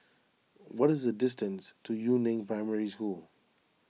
what is the distance to Yu Neng Primary School